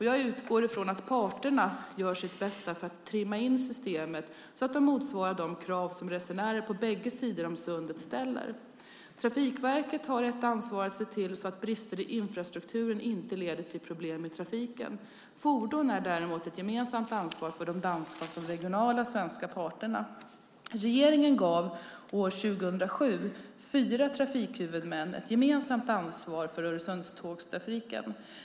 Jag utgår ifrån att parterna gör sitt bästa för att trimma in systemet så att det motsvarar de krav som resenärer på bägge sidor om sundet ställer. Trafikverket har ett ansvar att se till så att brister i infrastrukturen inte leder till problem i trafiken. Fordon är däremot ett gemensamt ansvar för de danska och de regionala svenska parterna. Regeringen gav år 2007 fyra trafikhuvudmän ett gemensamt ansvar för Öresundstågstrafiken.